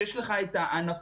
שיש לך את הענפים,